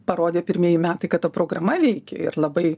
parodė pirmieji metai kad ta programa veikia ir labai